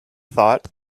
thought